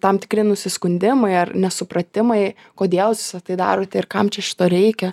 tam tikri nusiskundimai ar nesupratimai kodėl jūs visa tai darote ir kam čia šito reikia